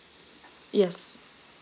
yes